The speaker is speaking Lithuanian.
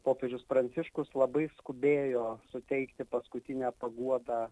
popiežius pranciškus labai skubėjo suteikti paskutinę paguodą